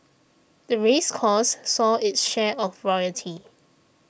the race course saw its share of royalty